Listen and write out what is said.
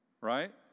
right